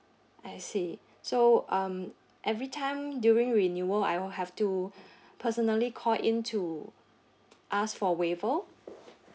I see so um every time during renewal I'll have to personally call in to ask for waiver